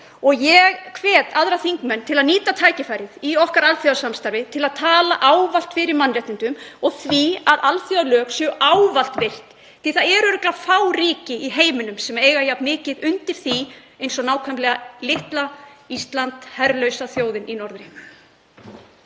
Ég hvet aðra þingmenn til að nýta tækifærið í alþjóðasamstarfi okkar til að tala ávallt fyrir mannréttindum og því að alþjóðalög séu ávallt virt því að það eru örugglega fá ríki í heiminum sem eiga jafn mikið undir því og einmitt litla Ísland, herlausa þjóðin í norðri.